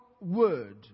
word